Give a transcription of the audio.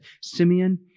Simeon